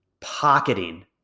pocketing